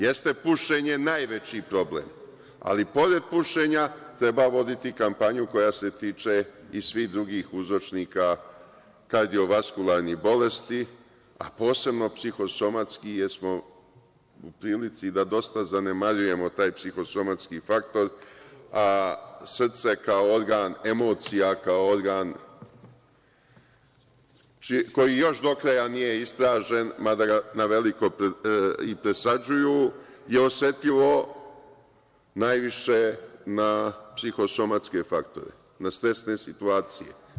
Jeste pušenje najveći problem, ali pored pušenja treba voditi kampanju koja se tiče i svih drugih uzročnika kardiovaskularnih bolesti, a posebno psihosomatskih, jer smo u prilici da dosta zanemarujemo taj psihosomatski faktor, a srce kao organ emocija, kao organ koji još do kraja nije istražen, mada ga naveliko i presađuju, osetljivo je najviše na psihosomatske faktore, na stresne situacije.